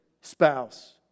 spouse